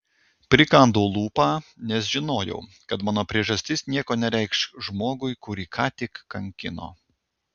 prikandau lūpą nes žinojau kad mano priežastis nieko nereikš žmogui kurį ką tik kankino